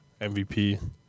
MVP